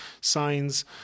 signs